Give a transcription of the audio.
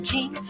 King